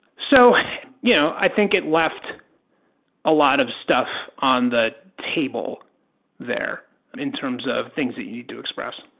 so you know i think it left a lot of stuff on the table there in terms of things that you need to express.